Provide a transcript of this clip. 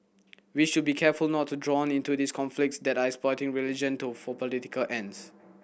we should be careful not to drawn into these conflicts that are exploiting religion to for political ends